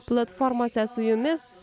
platformose su jumis